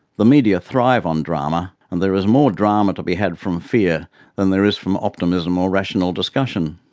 the media thrive on drama, and there is more drama to be had from fear than there is from optimism or rational discussion.